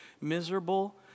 miserable